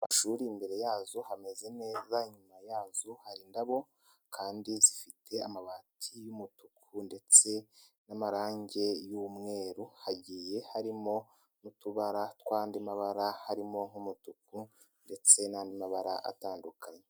Amashuri imbere yazo hameze neza inyuma yazo hari indabo kandi zifite amabati y'umutuku ndetse n'amarangi y'umweru, hagiye harimo n'utubara tw'andi mabara harimo nk'umutuku ndetse n'andi mabara atandukanye.